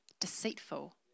deceitful